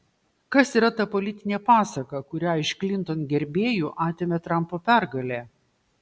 kas yra ta politinė pasaka kurią iš klinton gerbėjų atėmė trampo pergalė